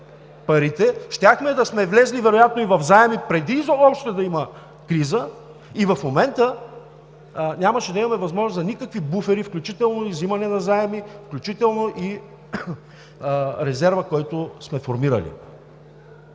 парите. Щяхме да сме влезли вероятно и в заеми, преди изобщо да има криза, и в момента нямаше да имаме възможност за никакви буфери, включително и взимане на заеми, включително и резерва, който сме формирали.